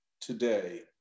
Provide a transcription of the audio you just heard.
today